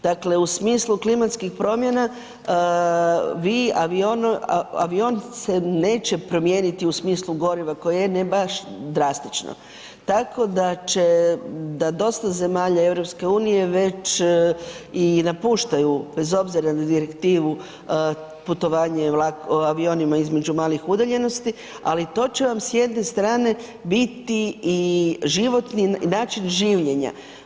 Dakle u smislu klimatskih promjena, vi avion, avion se neće promijeniti u smislu goriva koje je ne baš drastično tako da će, da dosta zemalja EU već i napuštaju bez obzira na direktivu putovanje avionima između malih udaljenosti, ali to će vam s jedne strane biti i način življenja.